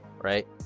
right